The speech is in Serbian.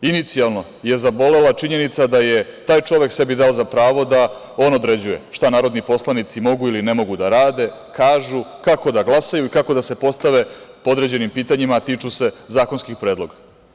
Inicijalno je zabolela činjenica da je taj čovek sebi dao za pravo da on određuje šta narodni poslanici mogu ili ne mogu da rade, kažu, kako da glasaju i kako da se postave po određenim pitanjima, a tiču se zakonskih predloga.